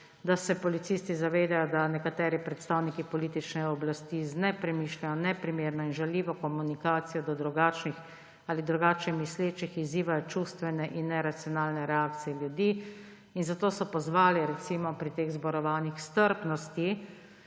da se policisti zavedajo, da nekateri predstavniki politične oblasti z nepremišljeno, neprimerno in žaljivo komunikacijo do drugačnih ali drugače mislečih izzivajo čustvene in neracionalne reakcije ljudi. Zato so pozvali, recimo pri teh zborovanjih, k strpnosti